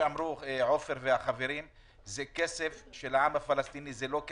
שכרו אצל המעסיק בעד כל חודש שבשלו מתבקש מענק לפי חוק זה,